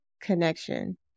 connection